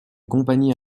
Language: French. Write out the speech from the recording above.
compagnie